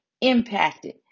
impacted